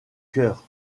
chœur